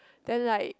then like